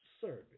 service